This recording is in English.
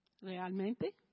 Realmente